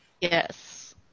Yes